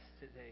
today